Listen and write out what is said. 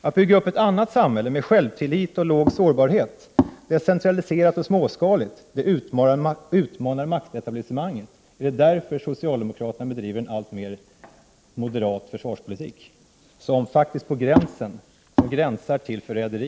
Att bygga upp ett annat samhälle med självtillit och liten sårbarhet, decentraliserat och småskaligt utmanar maktetablissemanget. Är det därför som socialdemokraterna bedriver en alltmer moderat försvarspolitik, som faktiskt gränsar till förräderi?